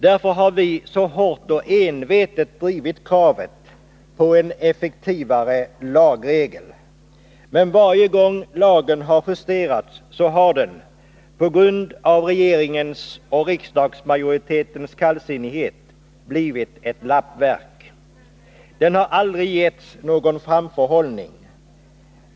Därför har vi så hårt och envetet drivit kravet på en effektivare lagregel. Men varje gång som lagen har justerats har den — på grund av regeringens och riksdagsmajoritetens kallsinnighet — blivit ett lappverk. Den har aldrig gett någon möjlighet till framförhållning.